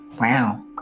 Wow